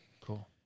cool